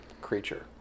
creature